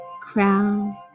crown